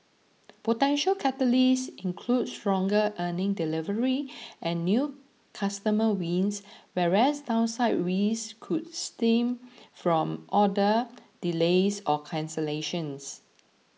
potential catalysts include stronger earnings delivery and new customer wins whereas downside risks could stem from order delays or cancellations